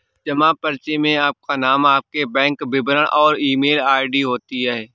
जमा पर्ची में आपका नाम, आपके बैंक विवरण और ईमेल आई.डी होती है